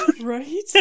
Right